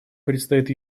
предстоит